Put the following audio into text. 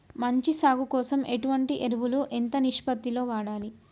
మంచి సాగు కోసం ఎటువంటి ఎరువులు ఎంత నిష్పత్తి లో వాడాలి?